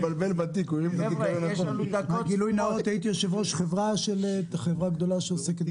גילוי נאות: הייתי יושב-ראש חברה גדולה שעוסקת